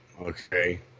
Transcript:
okay